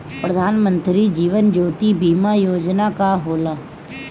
प्रधानमंत्री जीवन ज्योति बीमा योजना का होला?